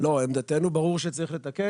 ברור שצריך לתקן.